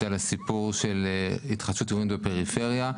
על הסיפור של התחדשות עירונית בפריפריה.